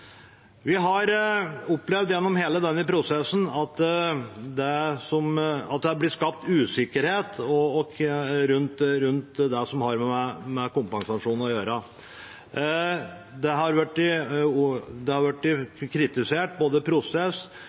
Vi har opplevd i hele denne prosessen at det er blitt skapt usikkerhet rundt det som har med kompensasjon å gjøre. Det har blitt kritisert både prosess